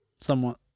Somewhat